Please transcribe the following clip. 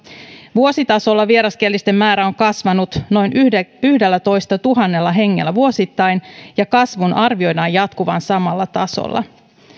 vuositasolla vieraskielisten määrä on kasvanut noin yhdellätoistatuhannella hengellä ja kasvun arvioidaan jatkuvan samalla tasolla